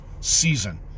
season